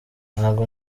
ntago